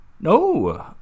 no